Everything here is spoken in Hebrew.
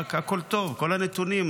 הכול טוב, כל הנתונים.